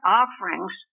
offerings